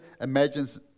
imagines